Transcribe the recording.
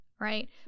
right